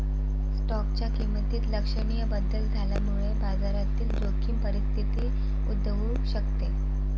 स्टॉकच्या किमतीत लक्षणीय बदल झाल्यामुळे बाजारातील जोखीम परिस्थिती उद्भवू शकते